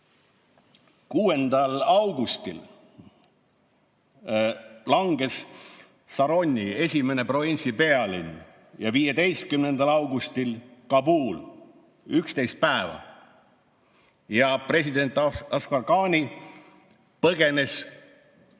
6. augustil langes Zaranj, esimene provintsipealinn, ja 15. augustil Kabul. 11 päeva, ja president Ashraf Ghani põgenes dollareid